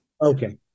Okay